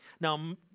Now